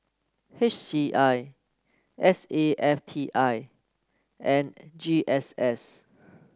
H C I S A F T I and G S S